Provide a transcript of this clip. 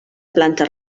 planta